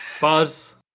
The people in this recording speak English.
Buzz